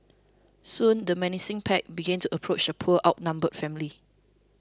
soon the menacing pack began to approach the poor outnumbered family